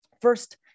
First